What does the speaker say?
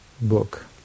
book